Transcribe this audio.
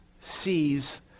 Sees